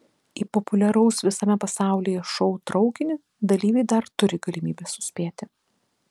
į populiaraus visame pasaulyje šou traukinį dalyviai dar turi galimybę suspėti